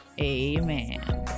Amen